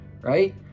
right